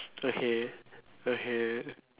okay okay